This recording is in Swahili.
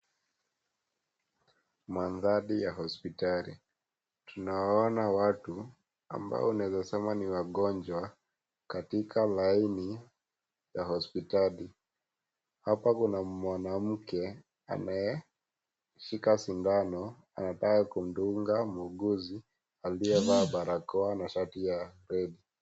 Mandhari ya hospitali. Tunawaona watu ambao tunawezasema ni wagonjwa wakiwa kaika laini. Hapa kuna mwanamke ambaye ni mhudumu wa afya, akimhudumia mgonjwa aliyelala kitandani. Anaonekana akitoa huduma kwa uangalifu na huruma.